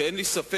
שאין לי ספק